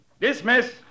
Dismiss